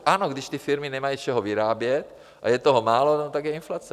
Ano, když ty firmy nemají z čeho vyrábět a je toho málo, tak je inflace.